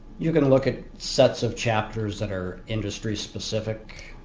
you're going to look at sets of chapters that are industry specific,